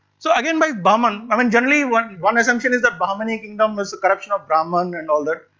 so again by bahman, i mean generally one one assumption is that bahmani kingdom was corruption of brahman and all that.